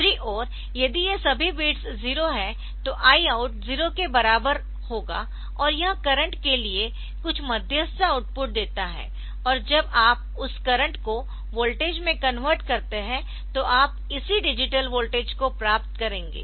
दूसरी ओर यदि ये सभी बिट्स 0 है तो Iout 0 के बराबर होगा और यह करंट के लिए कुछ मध्यस्थ आउटपुट देता है और जब आप उस करंट को वोल्टेज में कनवर्ट करते है तो आप इसी डिजिटल वॉल्टेज को प्राप्त करेंगे